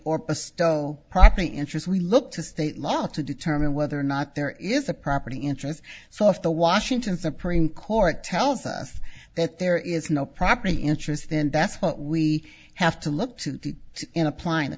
or a still property interest we look to state law to determine whether or not there is a property interest so if the washington supreme court tells us that there is no property interest then that's what we have to look to in applying the